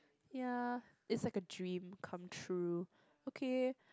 ya is like a dream come true okay